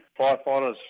firefighters